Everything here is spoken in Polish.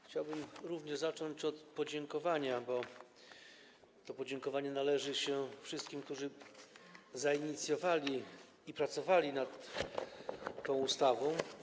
Chciałbym zacząć od podziękowania, bo to podziękowanie należy się wszystkim, którzy zainicjowali prace i pracowali nad tą ustawą.